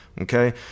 okay